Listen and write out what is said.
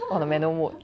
on a manual mode